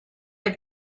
have